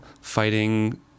fighting